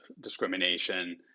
discrimination